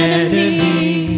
enemy